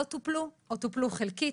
לא טופלו או טופלו חלקית.